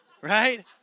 Right